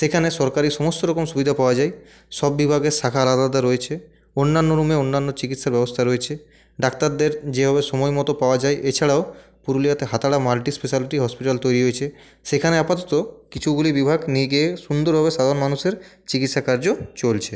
সেখানে সরকরি সমস্ত রকম সুবিধা পাওয়া যায় সব বিভাগের শাখা আলাদা আলাদা রয়েছে অন্যান্য রুমে অন্যান্য চিকিৎসার ব্যবস্থা রয়েছে ডাক্তারদের যেভাবে সময়মতো পাওয়া যায় এছাড়াও পুরুলিয়াতে হাতাড়া মাল্টিস্পেশালিটি হসপিটাল তৈরি হয়েছে সেখানে আপাতত কিছুগুলি বিভাগ নিয়ে গিয়ে সুন্দরভাবে সাধারণ মানুষের চিকিৎসাকার্য চলছে